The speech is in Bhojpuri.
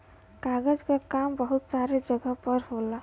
कागज क काम बहुत सारे जगह पर होला